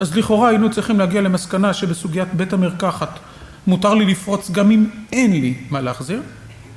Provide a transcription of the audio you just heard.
אז לכאורה היינו צריכים להגיע למסקנה שבסוגיית בית המרקחת מותר לי לפרוץ גם אם אין לי מה להחזיר